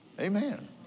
Amen